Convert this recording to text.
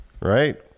right